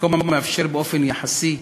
מקום המאפשר, באופן יחסי,